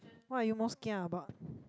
what are you most kia about